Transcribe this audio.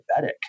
diabetic